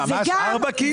ממש ארבע כאילו?